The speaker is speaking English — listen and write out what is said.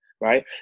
right